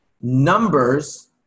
numbers